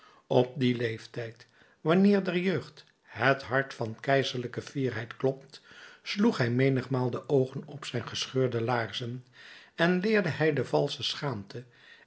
op dien leeftijd wanneer der jeugd het hart van keizerlijke fierheid klopt sloeg hij menigmaal de oogen op zijn gescheurde laarzen en leerde hij de valsche schaamte